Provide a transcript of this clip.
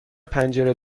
پنجره